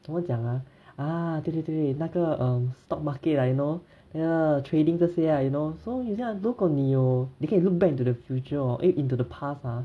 怎么讲啊啊对对对对那个 um stock market ah you know ya trading 这些 ah you know 所以啦如果你有你可以 look back into the future hor eh into the past ah